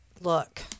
look